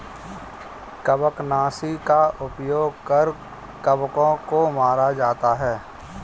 कवकनाशी का उपयोग कर कवकों को मारा जाता है